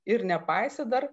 ir nepaisė dar